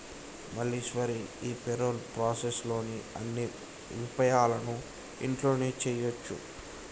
మల్లీశ్వరి ఈ payroll process లోని అన్ని విపాయాలను ఇంట్లోనే చేయొచ్చు